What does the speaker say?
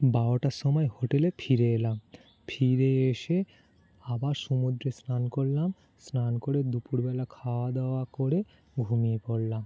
বারোটার সময় হোটেলে ফিরে এলাম ফিরে এসে আবার সমুদ্রে স্নান করলাম স্নান করে দুপুরবেলা খাওয়া দাওয়া করে ঘুমিয়ে পড়লাম